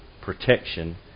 protection